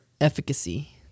efficacy